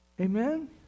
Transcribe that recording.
Amen